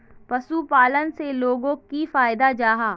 पशुपालन से लोगोक की फायदा जाहा?